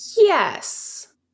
Yes